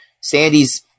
Sandy's